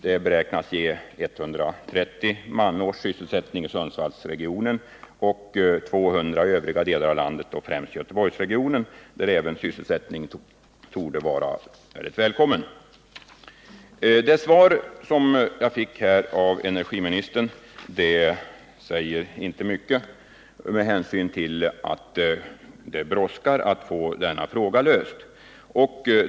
Man räknar med 130 manårs sysselsättning i Sundsvallsregionen och 200 i övriga delar av landet, främst Göteborgsregionen, där sysselsättningen också torde vara välkommen. Det svar jag fick av energiministern säger inte mycket med hänsyn till att det brådskar att få denna fråga löst.